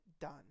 done